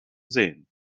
sehen